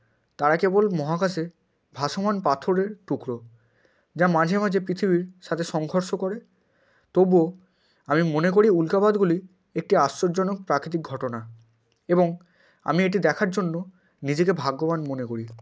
তারা কেবল মহাকাশে ভাসমান পাথরের টুকরো যা মাঝে মাঝে পৃথিবীর সাথে সংঘর্ষ করে তবুও আমি মনে করি উল্কাপাতগুলি একটি আশ্চর্যজনক প্রাকৃতিক ঘটনা এবং আমি এটি দেখার জন্য নিজেকে ভাগ্যবান মনে করি